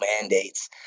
mandates